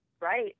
right